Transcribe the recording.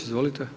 Izvolite.